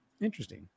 Interesting